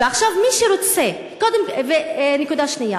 נקודה שנייה,